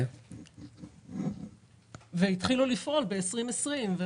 התחילו לפעול ב-2020.